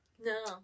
No